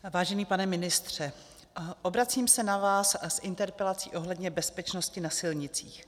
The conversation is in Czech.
Vážený pane ministře, obracím se na vás s interpelací ohledně bezpečnosti na silnicích.